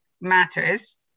matters